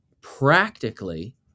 practically